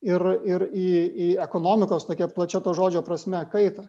ir ir į į ekonomikos tokia plačia to žodžio prasme kaitą